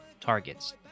Targets